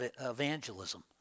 evangelism